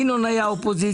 אילון היה אופוזיציה,